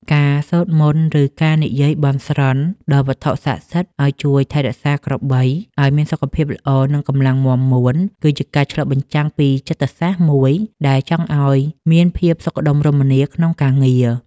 ការសូត្រមន្ត ឬការនិយាយបន់ស្រន់ដល់វត្ថុស័ក្តិសិទ្ធិឱ្យជួយថែរក្សាក្របីឱ្យមានសុខភាពល្អ និងកម្លាំងមាំមួន គឺជាការឆ្លុះបញ្ចាំងពីចិត្តសាស្ត្រមួយដែលចង់ឱ្យមានភាពសុខដុមរមនាក្នុងការងារ។